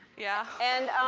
yeah. and,